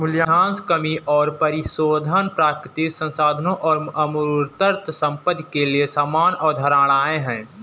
मूल्यह्रास कमी और परिशोधन प्राकृतिक संसाधनों और अमूर्त संपत्ति के लिए समान अवधारणाएं हैं